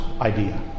idea